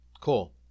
Cool